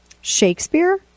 Shakespeare